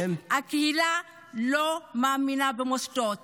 המתווה לא צלח כי הקהילה לא מאמינה במוסדות